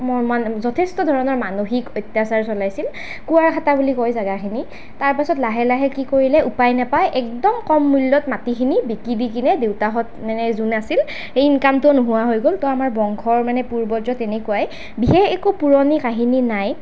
মোৰ যথেষ্ট ধৰণৰ মানসিক আত্যাচাৰ চলাইছিল কোৱাৰখাতা বুলি কয় জাগাখিনিক তাৰ পাছত লাহে লাহে কি কৰিলে উপায় নাপায় একদম কম মূল্যত মাটিখিনি বিক্ৰী দি কেনে দেউতাহঁত মানে যোন আছিল সেই ইনকামটোও নোহোৱা হৈ গ'ল তো আমাৰ বংশৰ মানে পূৰ্বজত তেনেকুৱাই বিশেষ একো পুৰণি কাহিনী নাই